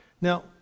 Now